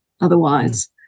otherwise